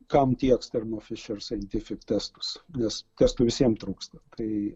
kam tieks thermo fisher scientific testus nes testų visiem trūksta kai